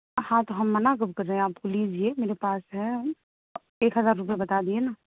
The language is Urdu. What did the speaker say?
ہاں تو ہم منع کب کر رہے ہیں آپ کو لیجیے میرے پاس ہے ایک ہزار روپیہ بتا دیے نا